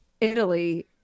Italy